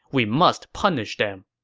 we must punish them.